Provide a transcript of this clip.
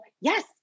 yes